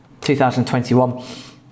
2021